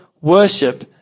worship